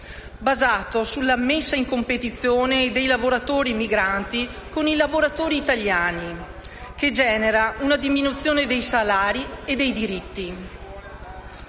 basato sulla messa in competizione dei lavoratori migranti con i lavoratori italiani che genera una diminuzione di salari e diritti.